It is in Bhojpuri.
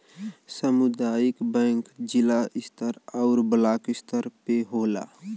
सामुदायिक बैंक जिला स्तर आउर ब्लाक स्तर पे होला